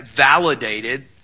validated